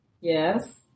Yes